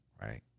right